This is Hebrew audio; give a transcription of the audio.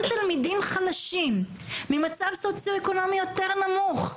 תלמידים חלשים ממצב סוציו-אקונומי יותר נמוך,